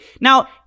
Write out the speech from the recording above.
now